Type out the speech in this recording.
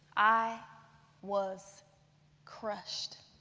i was crushed.